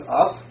up